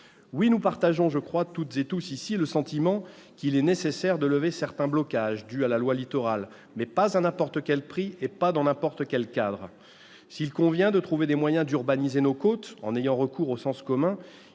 Oui, nous partageons toutes et tous ici le sentiment qu'il est nécessaire de lever certains blocages dus à la loi Littoral, mais pas à n'importe quel prix et pas dans n'importe quel cadre. S'il convient de trouver des moyens d'urbaniser nos côtes en ayant recours au sens commun,